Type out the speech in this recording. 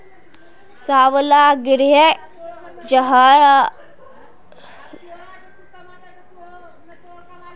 सबला ग्राहक जहार खाता बैंकत छ ए.टी.एम कार्डेर इस्तमाल करवा सके छे